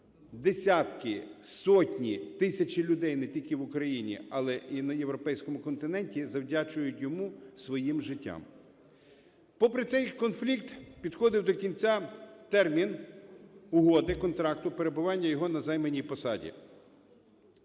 Десятки, сотні, тисячі людей не тільки в Україні, але і на європейському континенті завдячують йому своїм життям. Попри цей конфлікт, підходив до кінця термін угоди, контракту, перебування його на займаній посаді.